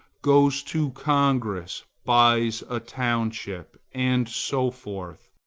goes to congress, buys a township, and so forth,